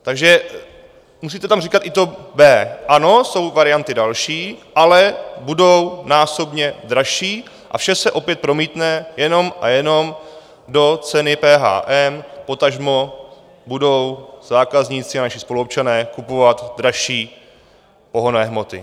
Takže musíte tam říkat i to B. Ano, jsou varianty další, ale budou násobně dražší a vše se opět promítne jenom a jenom do ceny PHM potažmo budou zákazníci, naši spoluobčané, kupovat dražší pohonné hmoty.